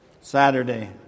Saturday